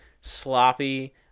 Sloppy